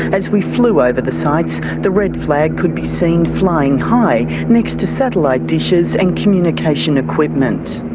as we flew over the sites, the red flag could be seen flying high next to satellite dishes and communication equipment.